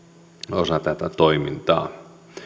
osa tätä toimintaa